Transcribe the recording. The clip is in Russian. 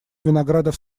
виноградов